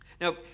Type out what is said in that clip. Now